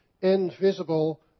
invisible